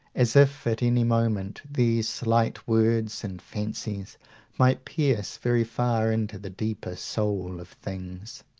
as if at any moment these slight words and fancies might pierce very far into the deeper soul of things.